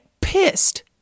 pissed